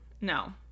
no